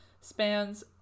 spans